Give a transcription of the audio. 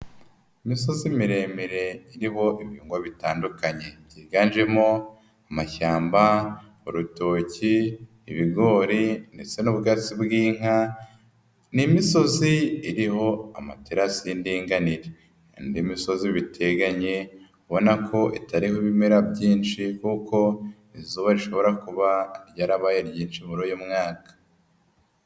Imisozi miremire iriho ibihingwa bitandukanye byiganjemo amashyamba, urutoki, ibigori ndetse n'ubwatsi bw'inka n'imisozi iriho amaterasi y'indinganire, indi misozi biteganye ubona ko itariho ibimera byinshi kuko izuba rishobora kuba ryarabaye ryinshi muri uyu mwaka.